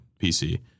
PC